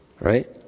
right